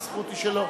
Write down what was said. הזכות היא שלו.